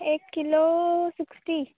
एक kilo sixty